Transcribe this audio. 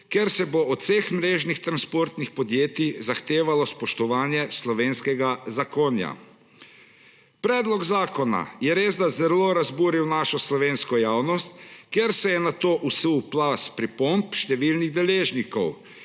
kjer se bo od vseh mrežnih transportnih podjetij zahtevalo spoštovanje slovenskega zakonja. Predlog zakona je resda zelo razburil našo slovensko javnost, kjer se je nato usul plaz pripomb številnih deležnikov,